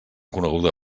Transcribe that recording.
coneguda